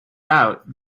out